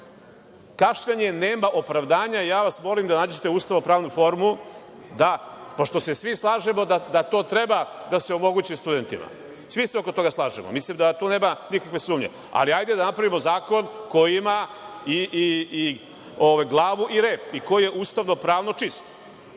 Kašnjenje nema opravdanja i ja vas molim da nađete ustavnopravnu formu da, pošto se svi slažemo da to treba da se omogući studentima, svi se oko toga slažemo, mislim da tu nema nikakve sumnje, ali hajde da napravimo zakon koji ima i glavu i rep i koji je ustavnopravno čist. Ja